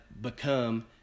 become